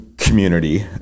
community